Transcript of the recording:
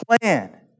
plan